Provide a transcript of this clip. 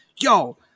yo